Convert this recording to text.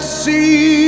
see